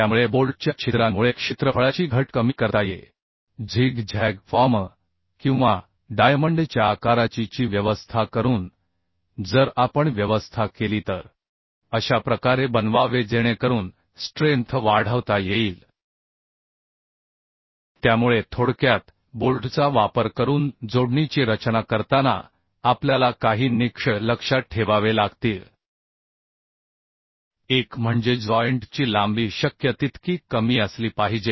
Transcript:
त्यामुळे बोल्टच्या छिद्रांमुळे क्षेत्रफळाची घट कमी करता येते झिग झॅग फॉर्म किंवा डायमंड च्याआकाराची ची व्यवस्था करून जर आपण व्यवस्था केली तर अशा प्रकारे बनवावे जेणेकरून स्ट्रेंथ वाढवता येईल त्यामुळे थोडक्यात बोल्टचा वापर करून जोडणीची रचना करताना आपल्याला काही निकष लक्षात ठेवावे लागतील एक म्हणजेजॉइंट ची लांबी शक्य तितकी कमी असली पाहिजे